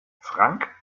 frank